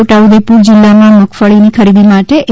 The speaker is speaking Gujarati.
છોટાઉદેપુર જિલ્લામાં મગફળીનો ખરીદી માટે એ